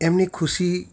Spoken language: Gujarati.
એમની ખુશી